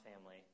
family